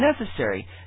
necessary